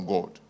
God